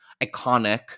iconic